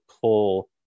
pull